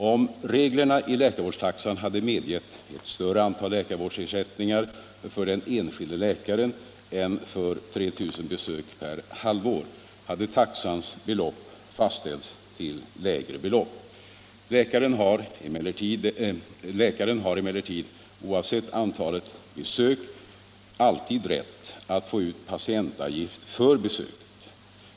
Om reglerna i läkarvårdstaxan hade medgett ett större antal läkarvårdsersättningar för den enskilde läkaren än för 3 000 besök per halvår hade taxans belopp fastställts till lägre belopp. Läkaren har emellertid oavsett antalet besök alltid rätt att få ut patientavgiften för besöket.